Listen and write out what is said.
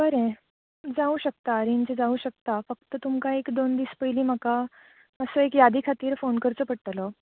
बरें जावं शकता अरेंज जावं शकता फक्त तुमकां एक दोन दीस पयलीं म्हाका यादी खातीर फोन करचो पडतलो